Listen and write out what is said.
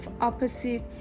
opposite